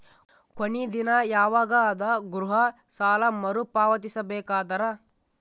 ಕೊನಿ ದಿನ ಯವಾಗ ಅದ ಗೃಹ ಸಾಲ ಮರು ಪಾವತಿಸಬೇಕಾದರ?